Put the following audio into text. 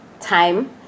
time